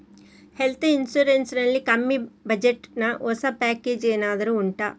health insurance ನಲ್ಲಿ ಕಮ್ಮಿ budget ನ ಹೊಸ ಪ್ಯಾಕೇಜ್ ಏನಾದರೂ ಉಂಟಾ